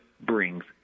brings